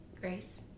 Grace